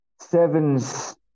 sevens